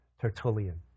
Tertullian